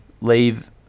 leave